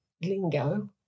lingo